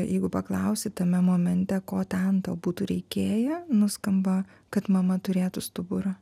jeigu paklausi tame momente ko ten tau būtų reikėję nuskamba kad mama turėtų stuburą